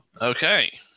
Okay